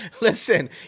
listen